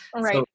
Right